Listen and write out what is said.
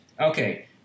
Okay